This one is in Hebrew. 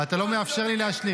ואתה לא מאפשר לי להשלים.